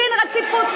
דין רציפות.